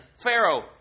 Pharaoh